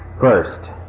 First